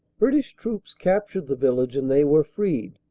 british troops captured the village and they were freed.